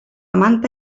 manta